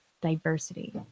Diversity